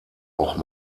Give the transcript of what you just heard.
auch